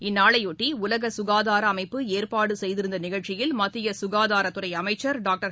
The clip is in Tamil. இந்நாளையொட்டி உலக சுகாதார அமைப்பு ஏற்பாடு செய்திருந்த நிகழ்ச்சியில் மத்திய சுகாதாரத்துறை அமைச்சா் டான்டா்